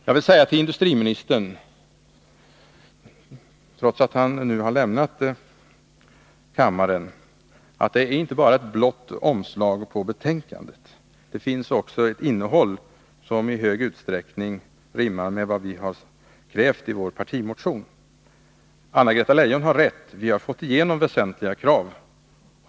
Jag vill till industriministern säga, trots att han nu har lämnat kammaren, att det inte bara är ett blått omslag på betänkandet — det finns också ett innehåll som i hög grad rimmar med det som vi har krävt i vår partimotion. Anna-Greta Leijon har rätt — vi har fått igenom väsentliga krav.